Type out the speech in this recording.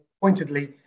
pointedly